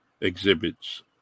exhibits